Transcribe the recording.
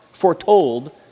foretold